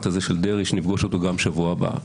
הזה של דרעי שנפגשו אותו גם בשבוע הבא.